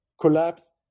collapsed